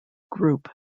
group